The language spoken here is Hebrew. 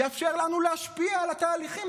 יאפשר לנו להשפיע על התהליכים.